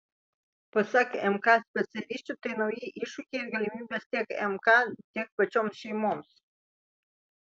pasak mk specialisčių tai nauji iššūkiai ir galimybės tiek mk tiek pačioms šeimoms